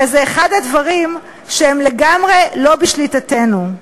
הרי זה אחד הדברים שהם לגמרי לא בשליטתנו.